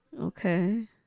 Okay